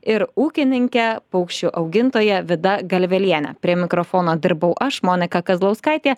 ir ūkininke paukščių augintoja vida galvelienė prie mikrofono dirbau aš monika kazlauskaitė